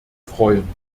freuen